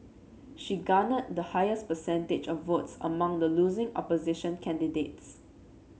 she garnered the highest percentage of votes among the losing opposition candidates